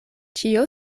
ĉio